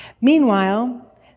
Meanwhile